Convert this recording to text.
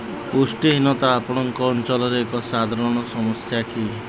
ପୁଷ୍ଟିହୀନତା ଆପଣଙ୍କ ଅଞ୍ଚଳରେ ଏକ ସାଧାରଣ ସମସ୍ୟା କି